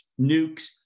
nukes